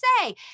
say